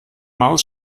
maus